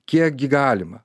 kiek gi galima